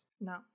no